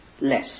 less